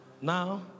now